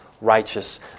righteous